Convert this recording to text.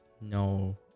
No